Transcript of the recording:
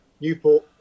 Newport